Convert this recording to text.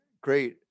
great